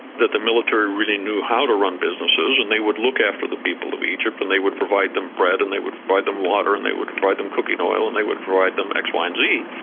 that the military really knew how to run businesses and they would look after the people of egypt and they would provide them bread and they would provide them water and they would provide them cooking oil and they would provide them x, y and z.